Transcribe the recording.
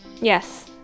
Yes